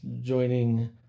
joining